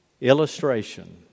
illustration